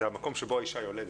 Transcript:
המקום בו האישה יולדת.